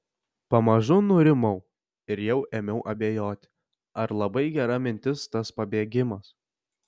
pamažu nurimau ir jau ėmiau abejoti ar labai gera mintis tas pabėgimas